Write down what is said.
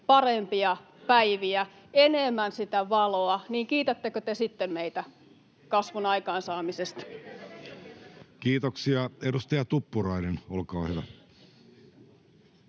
parempia päiviä, enemmän sitä valoa, kiitättekö te sitten meitä kasvun aikaansaamisesta? Kiitoksia. — Edustaja Tuppurainen, olkaa hyvä.